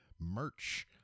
merch